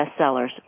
bestsellers